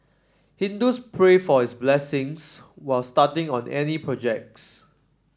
Hindus pray for his blessings was starting on any projects